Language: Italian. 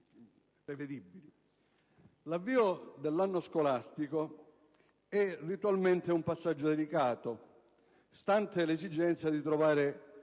nuove norme. L'avvio dell'anno scolastico è ritualmente un passaggio delicato, stante l'esigenza di trovare